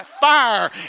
fire